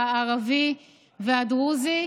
הערבי והדרוזי.